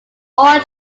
all